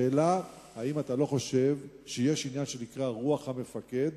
האם אתה לא חושב שיש עניין שנקרא "רוח המפקד"?